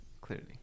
Clearly